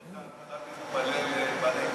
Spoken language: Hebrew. נוכל להתפלל בנץ.